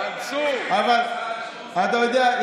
אבל אתה יודע,